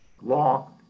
law